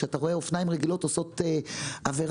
כשאתה רואה אופניים רגילות עושות עבירה,